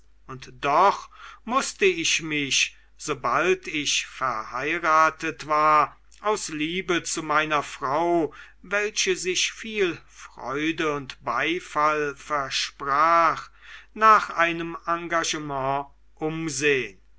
und doch mußte ich mich sobald ich verheiratet war aus liebe zu meiner frau welche sich viel freude und beifall versprach nach einem engagement umsehen